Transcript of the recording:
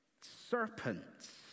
serpents